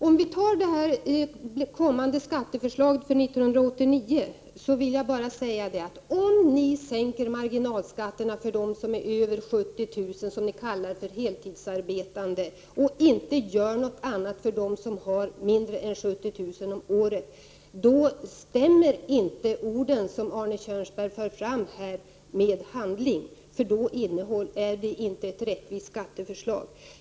Beträffande det kommande skatteförslaget för 1989 vill jag bara säga: Om ni sänker marginalskatterna för dem som kommer över 70 000 kr., som ni kallar heltidsarbetande, och inte gör någonting för dem som har mindre än 70 000 om året, då stämmer inte de ord som Arne Kjörnsberg uttalar med handlingen, för då är det inte fråga om ett rättvist skatteförslag.